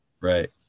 Right